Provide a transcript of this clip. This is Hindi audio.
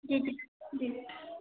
जी जी जी